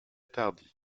tardy